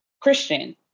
Christian